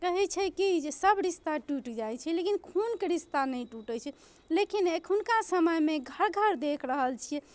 कहै छै कि सभ रिश्ता टूटि जाइ छै लेकिन खूनके रिश्ता नहि टूटै छै लेकिन एखुनका समयमे घर घर देख रहल छियै